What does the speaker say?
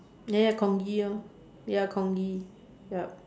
ya ya congee orh ya congee